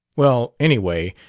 well, anyway,